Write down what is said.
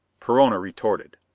perona retorted,